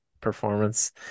performance